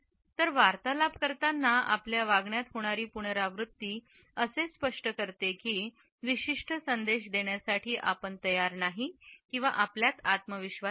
तर वार्तालाप करताना आपल्या वागण्यात होणारी पुनरावृत्ती असे स्पष्ट करते की विशिष्ट संदेश देण्यासाठी आपण तयार नाही आणि आपल्याला आत्मविश्वास नाही